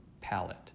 palette